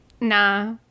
nah